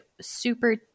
super